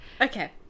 Okay